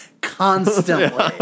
constantly